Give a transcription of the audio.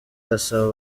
gasabo